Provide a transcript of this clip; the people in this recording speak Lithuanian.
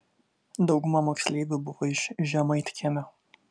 dauguma moksleivių buvo iš žemaitkiemio